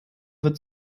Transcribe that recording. wird